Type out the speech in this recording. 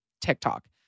TikTok